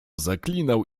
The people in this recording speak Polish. zaklinał